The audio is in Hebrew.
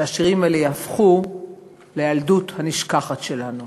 שהשירים האלה יהפכו לילדות הנשכחת שלנו.